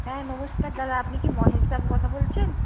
হ্যাঁ নমস্কার দাদা আপনি কি মহেশ কথা বলছেন